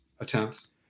attempts